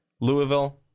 Louisville